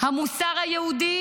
המוסר היהודי